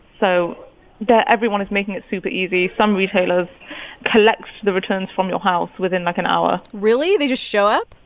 so the everyone is making it super easy. some retailers collect the returns from your house within, like, an hour really? they just show up?